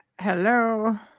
hello